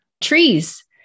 Trees